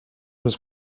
was